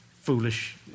foolish